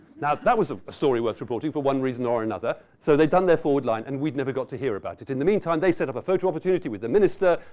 now, that was a story worth reporting for one reason or another. so they'd done their forward line and we never got to hear about it. in the meantime, they set up a photo opportunity with the minister,